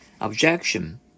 Objection